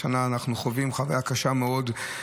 השנה אנחנו חווים חוויה קשה מאוד,